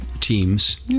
teams